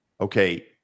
Okay